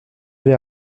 vais